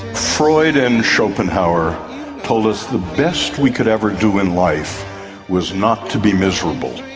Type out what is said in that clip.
freud and schopenhauer told us the best we could ever do in life was not to be miserable,